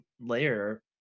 layer